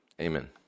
Amen